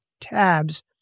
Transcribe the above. tabs